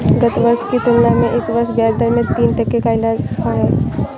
गत वर्ष की तुलना में इस वर्ष ब्याजदर में तीन टके का इजाफा है